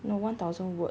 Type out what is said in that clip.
no one thousand word